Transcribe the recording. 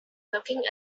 looking